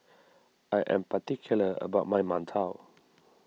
I am particular about my Mantou